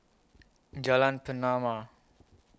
Jalan Pernama